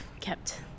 kept